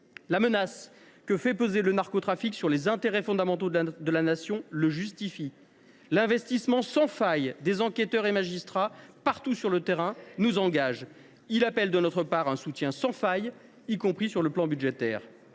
La menace que fait peser le narcotrafic sur les intérêts fondamentaux de la Nation le justifie. L’investissement sans faille des enquêteurs et magistrats, partout sur le terrain, nous engage. Il appelle de notre part un soutien entier, y compris sur le plan budgétaire.